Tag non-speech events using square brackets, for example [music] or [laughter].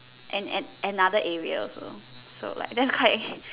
and and another area also so like that's quite [breath]